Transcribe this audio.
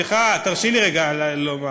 סליחה, תרשי לי רגע לומר.